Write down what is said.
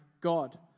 God